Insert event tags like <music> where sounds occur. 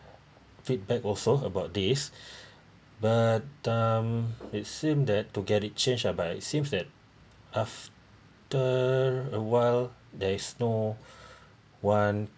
feedback also about this <breath> but um it seemed that to get it changed ah but it seems that after a while there is no <breath> one